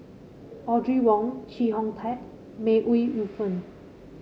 Audrey Wong Chee Hong Tat May Ooi Yu Fen